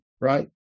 Right